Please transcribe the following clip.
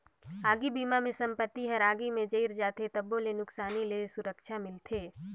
आगी बिमा मे संपत्ति हर आगी मे जईर जाथे तबो ले नुकसानी ले सुरक्छा मिलथे